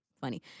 funny